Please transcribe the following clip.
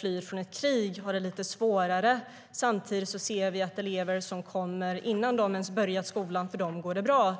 flyr från ett krig och kommer hit det lite svårare. Samtidigt ser vi att det går bra för de elever som har kommit före skolåldern.